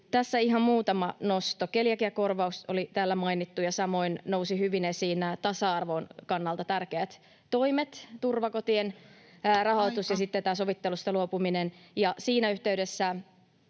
Tässä ihan muutama nosto. Keliakiakorvaus oli täällä mainittu, ja samoin nousivat hyvin esiin nämä tasa-arvon kannalta tärkeät toimet, turvakotien rahoitus, [Puhemies: Aika!] ja sitten tämä sovittelusta luopuminen. Ja siinä yhteydessä,